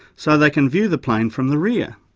so they can view the plane from the rear.